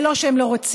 זה לא שהן לא רוצות.